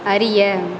அறிய